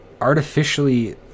artificially